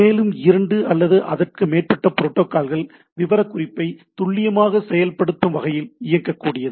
மேலும் இரண்டு அல்லது அதற்கு மேற்பட்ட புரோட்டோகால்கள் விவரக்குறிப்பை துல்லியமாக செயல்படுத்தும் வகையில் இயங்கக்கூடியது